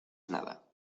nada